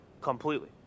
completely